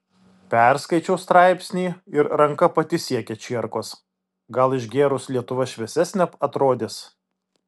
perskaičiau straipsnį ir ranka pati siekia čierkos gal išgėrus lietuva šviesesne atrodys